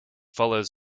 flows